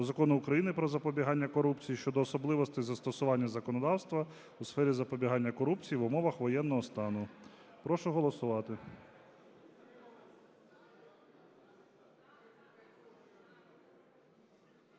Закону України "Про запобігання корупції" щодо особливостей застосування законодавства у сфері запобігання корупції в умовах воєнного стану. Прошу голосувати.